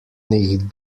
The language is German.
nicht